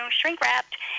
shrink-wrapped